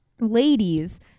Ladies